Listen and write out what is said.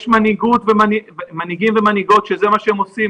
יש מנהיגות, מנהיגים ומנהיגות שזה מה שהם עושים.